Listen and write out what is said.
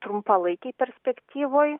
trumpalaikėj perspektyvoj